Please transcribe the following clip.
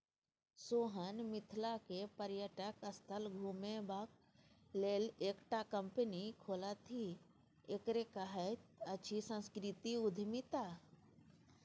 सोहन मिथिलाक पर्यटन स्थल घुमेबाक लेल एकटा कंपनी खोललथि एकरे कहैत अछि सांस्कृतिक उद्यमिता